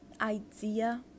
idea